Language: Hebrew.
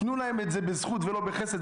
תנו להם את זה בזכות ולא בחסד.